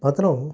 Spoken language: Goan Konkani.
पात्रांव